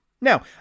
Now